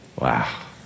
Wow